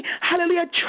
hallelujah